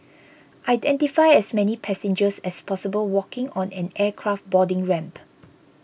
identify as many passengers as possible walking on an aircraft boarding ramp